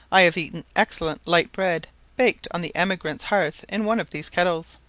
i have eaten excellent light bread, baked on the emigrant's hearth in one of these kettles.